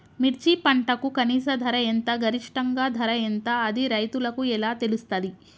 మిర్చి పంటకు కనీస ధర ఎంత గరిష్టంగా ధర ఎంత అది రైతులకు ఎలా తెలుస్తది?